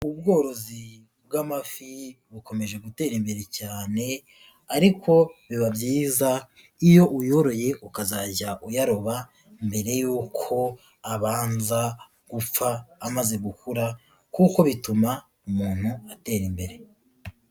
Ubworozi bw'amafi bukomeje gutera imbere cyane, ariko biba byiza iyo uyoroye ukazajya uyaroba mbere y'uko abanza gupfa amaze gukura kuko bituma umuntu atera imbere.